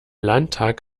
landtag